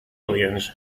aliens